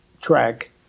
track